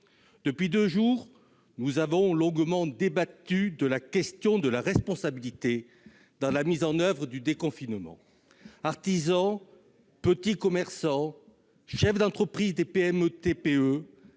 ces deux jours, nous avons longuement débattu de la question de la responsabilité dans la mise en oeuvre du déconfinement. Artisans, petits commerçants, chefs d'entreprise,